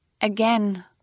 Again